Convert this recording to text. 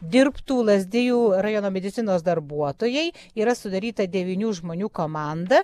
dirbtų lazdijų rajono medicinos darbuotojai yra sudaryta devynių žmonių komanda